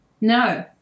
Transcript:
No